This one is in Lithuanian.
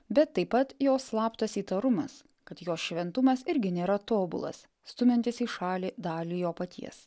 bet taip pat jo slaptas įtarumas kad jo šventumas irgi nėra tobulas stumiantis į šalį dalį jo paties